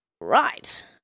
right